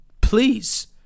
please